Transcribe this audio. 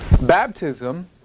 Baptism